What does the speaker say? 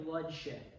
bloodshed